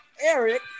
Eric